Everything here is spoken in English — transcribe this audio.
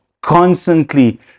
constantly